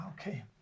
okay